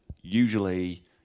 usually